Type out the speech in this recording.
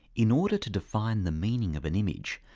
in order to define the meaning of an image,